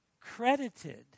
credited